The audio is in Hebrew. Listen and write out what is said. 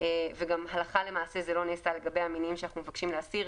וגם הלכה למעשה זה לא נעשה לגבי המינים שאנחנו מבקשים להסיר: